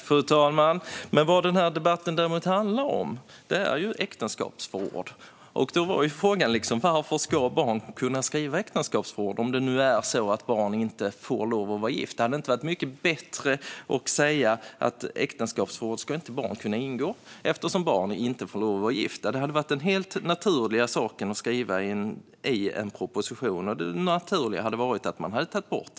Fru talman! Vad debatten handlar om är äktenskapsförord. Frågan var varför barn ska kunna skriva äktenskapsförord om barn inte får lov att vara gifta. Hade det inte varit mycket bättre att säga att barn inte ska kunna ingå äktenskapsförord, eftersom barn inte får vara gifta? Det hade varit den helt naturliga saken att skriva i en proposition. Det naturliga hade också varit att ta bort denna text.